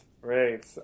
right